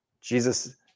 Jesus